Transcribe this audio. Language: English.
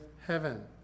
heaven